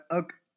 okay